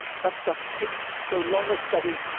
that dost take so long a study,